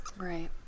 right